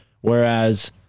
whereas